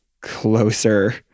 closer